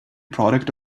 product